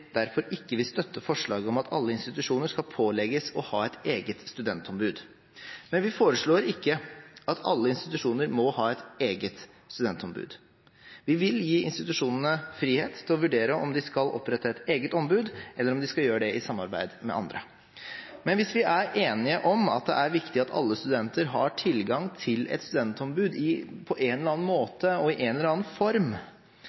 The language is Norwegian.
derfor ikke vil støtte forslaget om at alle institusjoner skal pålegges å ha et eget studentombud. Men vi foreslår ikke at alle institusjoner må ha et eget studentombud. Vi vil gi institusjonene frihet til å vurdere om de skal opprette et eget ombud, eller om de skal gjøre det i samarbeid med andre. Hvis vi er enige om at det er viktig at alle studenter har tilgang til et studentombud på en eller annen